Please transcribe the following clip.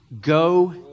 go